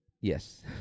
Yes